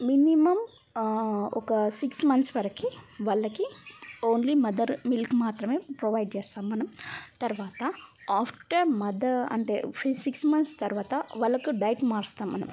minimum ఒక six months వరకి వాళ్ళకి ఓన్లీ మదర్ మిల్క్ మాత్రమే ప్రొవైడ్ చేస్తాం మనం తర్వాత ఆఫ్టర్ మదర్ అంటే సిక్స్ మంత్స్ తర్వాత వాళ్ళకు డైట్ మారుస్తాం మనం